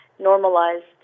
normalized